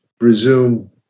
resume